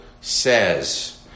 says